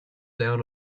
down